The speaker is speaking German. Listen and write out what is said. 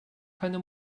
keine